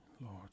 Lord